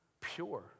pure